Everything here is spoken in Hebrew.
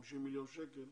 50 מיליון שקל,